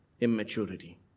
immaturity